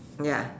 ya